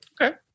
Okay